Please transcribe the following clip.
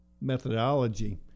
methodology